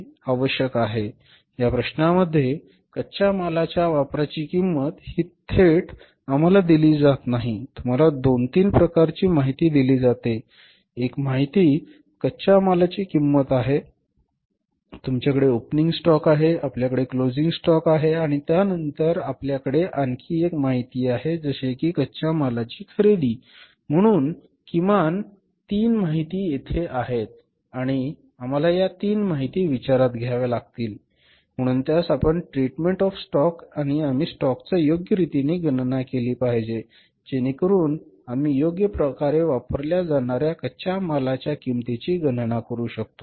उदाहरणार्थ या प्रश्नांमध्ये कच्च्या मालाच्या वापराची किंमत ही थेट आम्हाला दिली जात नाही तुम्हाला दोन तीन प्रकारची माहिती दिली जाते एक माहिती कच्च्या मालाची किंमत आहे तुमच्याकडे ओपनिंग स्टॉक आहे आपल्याकडे क्लोजिंग स्टॉक आहे आणि नंतर आपल्याकडे आणखी एक माहिती आहे जसे की कच्च्या मालाची खरेदी म्हणून किमान तीन माहिती तेथे आहेत आणि आम्हाला या तीन माहिती विचारात घ्याव्या लागतील म्हणून त्यास म्हणतात ट्रीटमेंट ऑफ स्टॉक आणि आम्ही स्टॉकचा योग्य रीतीने गणना केला पाहिजे जेणेकरून आम्ही योग्य प्रकारे वापरल्या जाणार्या कच्च्या मालाच्या किंमतीची गणना करू शकतो